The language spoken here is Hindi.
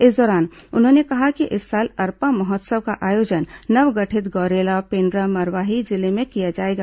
इस दौरान उन्होंने कहा कि इस साल अरपा महोत्सव का आयोजन नवगठित गौरेला पेण्ड्रा मरवाही जिले में किया जाएगा